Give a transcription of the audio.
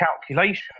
calculations